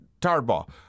Tardball